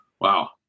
Wow